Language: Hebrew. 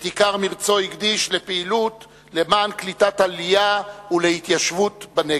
את עיקר מרצו הקדיש לפעילות למען קליטת עלייה והתיישבות בנגב.